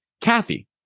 Kathy